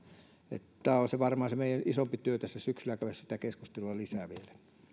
tämä on varmaan se meidän isompi työ tässä syksyllä käydä sitä keskustelua lisää vielä